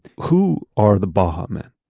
who are the baha men?